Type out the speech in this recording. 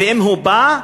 ואם הוא יבוא,